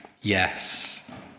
yes